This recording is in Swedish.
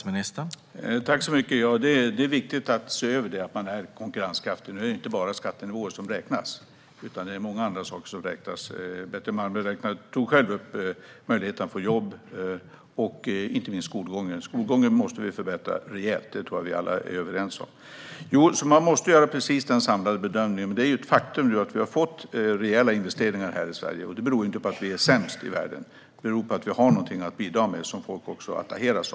Herr talman! Det är viktigt att se över att man är konkurrenskraftig. Nu är det inte bara skattenivåer som räknas, utan många andra saker räknas också. Betty Malmberg tog själv upp möjligheten att få jobb samt, inte minst, skolgången. Skolgången måste vi förbättra rejält; det tror jag att vi alla är överens om. Man måste alltså göra en samlad bedömning, men det är ett faktum att vi har fått rejäla investeringar i Sverige. Det beror ju inte på att vi är sämst i världen utan på att vi har någonting att bidra med som folk attraheras av.